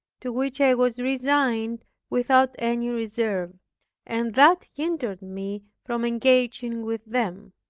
to which i was resigned without any reserve and that hindered me from engaging with them.